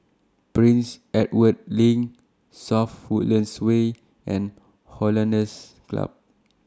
Prince Edward LINK South Woodlands Way and Hollandse Club